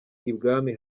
ibwami